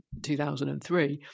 2003